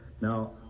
Now